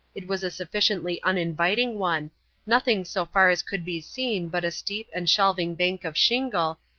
it was a sufficiently uninviting one nothing so far as could be seen but a steep and shelving bank of shingle,